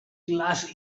glass